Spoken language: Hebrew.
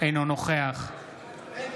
אינו נוכח אוהד